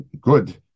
good